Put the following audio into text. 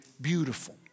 beautiful